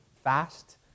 fast